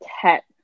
TET